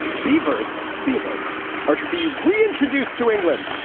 beavers beavers are to be reintroduced to england.